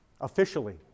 Officially